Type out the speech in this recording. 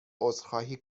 عذرخواهی